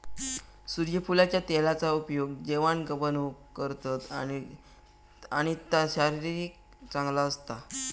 सुर्यफुलाच्या तेलाचा उपयोग जेवाण बनवूक करतत आणि ता शरीराक चांगला असता